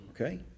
Okay